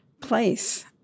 place